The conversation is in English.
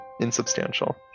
insubstantial